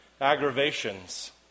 aggravations